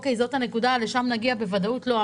זאת הנקודה, לשם נגיע בוודאות לא.